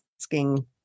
asking